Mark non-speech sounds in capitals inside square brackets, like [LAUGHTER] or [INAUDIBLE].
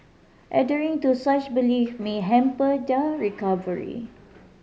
[UNINTELLIGIBLE] to such belief may hamper their recovery